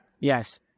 Yes